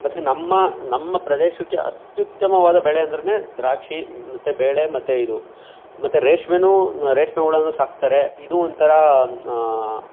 ಮತ್ತೆ ನಮ್ಮ ನಮ್ಮ ಪ್ರದೇಶಕ್ಕೆ ಅತ್ಯುತ್ತಮವಾದ ಬೆಳೆ ಅಂದ್ರೆಯೇ ದ್ರಾಕ್ಷಿ ಮತ್ತು ಬೇಳೆ ಮತ್ತು ಇದು ಮತ್ತು ರೇಷ್ಮೆಯೂ ರೇಷ್ಮೆ ಹುಳವೂ ಸಾಕ್ತಾರೆ ಇದು ಒಂಥರ